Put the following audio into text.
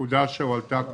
הנקודה שהועלתה כאן,